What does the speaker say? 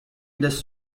this